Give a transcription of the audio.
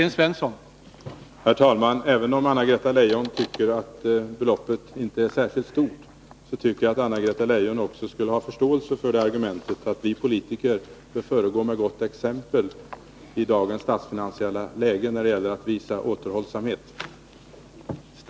Herr talman! Även om Anna-Greta Leijon tycker att beloppet inte är särskilt stort, borde hon ha förståelse för argumentet att vi politiker i dagens statsfinansiella läge skall föregå med gott exempel när det gäller att visa återhållsamhet.